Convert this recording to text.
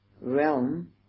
realm